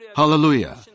Hallelujah